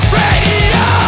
radio